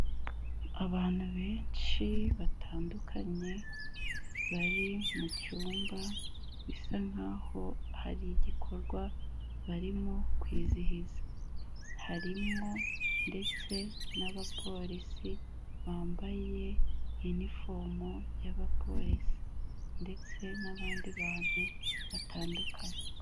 Abantu benshi batandukanye, bari mu cyumba bisa nk'aho hari igikorwa barimo kwizihiza, harimo ndetse n'abapolisi bambaye inifomu y'abapolisi ndetse n'abandi bantu batandukanye.